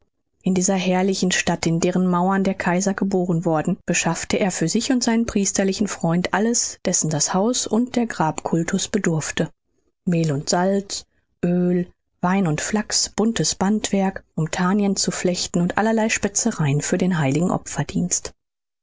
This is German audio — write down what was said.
in dieser herrlichen stadt in deren mauern der kaiser geboren worden beschaffte er für sich und seinen priesterlichen freund alles dessen das haus und der grabkultus bedurfte mehl und salz oel wein und flachs buntes bandwerk um tänien zu flechten und allerlei spezereien für den heiligen